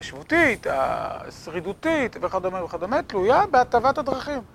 השבותית, השרידותית, וכדומה וכדומה, תלויה בהטבת הדרכים.